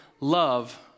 love